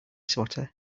swatter